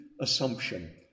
assumption